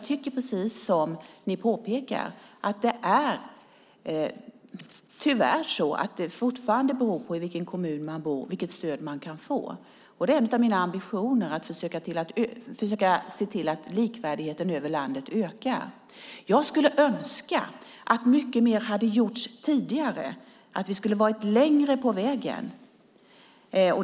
Precis som ni påpekar är det tyvärr så att det stöd man kan få fortfarande beror på i vilken kommun man bor. Det är en av mina ambitioner att försöka se till att likvärdigheten över landet ökar. Jag skulle önska att mycket mer hade gjorts tidigare, att vi skulle ha varit längre framme på vägen.